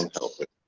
and help it.